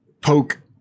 poke